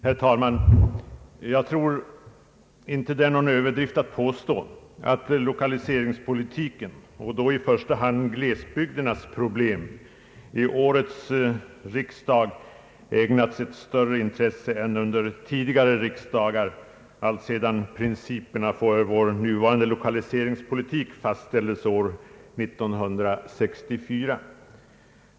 Herr talman! Jag tror inte det är en överdrift att påstå att lokaliseringspolitiken — i första hand glesbygdernas problem — ägnats ett större intresse i årets riksdag än under tidigare riksdagar alltsedan principerna för vår nuvarande lokaliseringspolitik fastställdes år 1964.